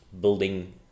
building